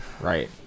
Right